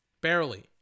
Barely